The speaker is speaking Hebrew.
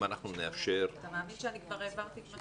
אם נאפשר --- אתה מאמין שאני כבר העברתי את מה